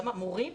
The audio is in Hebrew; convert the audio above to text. גם המורים,